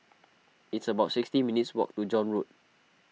it's about sixteen minutes' walk to John Road